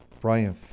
Brian